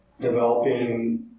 developing